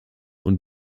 und